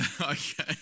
Okay